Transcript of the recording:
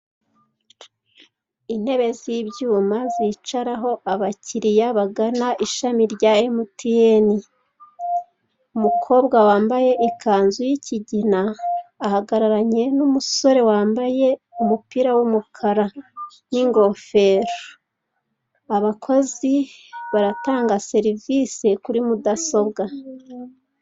Intebe z'ibyuma zicaraho abakiriya bagana ishami rya emutiyeni, umukobwa wambaye ikanzu y'ikigina ahagararanye n'umusore wambaye umupira w'umukara n'ingofero, abakozi baratanga serivise kuri mudasobwa.